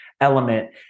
element